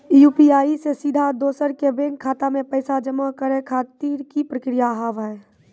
UPI से सीधा दोसर के बैंक खाता मे पैसा जमा करे खातिर की प्रक्रिया हाव हाय?